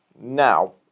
Now